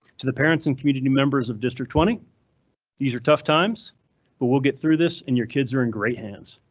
to the parents and community members of district twenty these are tough times but will get through this and your kids are in great hands.